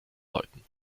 läuten